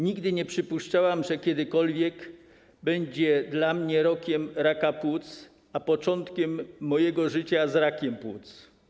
Nigdy nie przypuszczałam, że kiedykolwiek będzie dla mnie rokiem raka płuc, początkiem mojego życia z rakiem płuc.